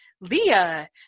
Leah